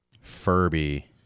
Furby